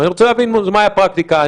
אני רוצה להבין מהי הפרקטיקה.